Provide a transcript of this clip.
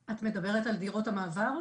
את מדברת על דירות המעבר?